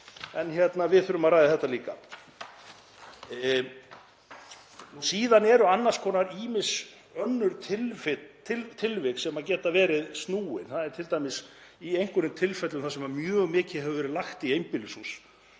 púls en við þurfum að ræða þetta líka. Síðan eru annars konar ýmis önnur tilvik sem geta verið snúin, t.d. í einhverjum tilfellum þar sem mjög mikið hefur verið lagt í einbýlishús